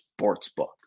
Sportsbook